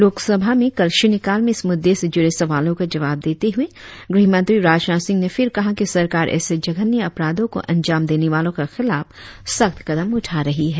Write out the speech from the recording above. लोकसभा में कल शुन्यकाल में इस मुद्दे से जुड़े पड़ने सवालों का जवाब देते हुए गृहमंत्री राजनाथ सिंह ने फिर कहा कि सरकार ऎसे जघन्य अपराधों को अंजाम देने वालों के खिलाफ सख्त कदम उठा रही है